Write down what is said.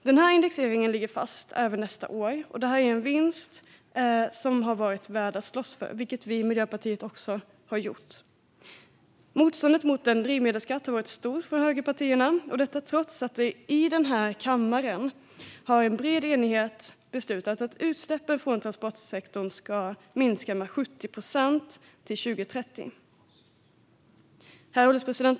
Denna indexering ligger fast även nästa år. Det är en vinst som har varit värd att slåss för, vilket vi i Miljöpartiet också har gjort. Motståndet mot en drivmedelsskatt har varit stort från högerpartierna, detta trots att vi i den här kammaren i bred enighet har beslutat att utsläppen från transportsektorn ska minska med 70 procent till 2030. Herr ålderspresident!